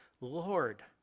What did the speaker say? Lord